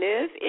live